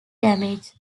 damage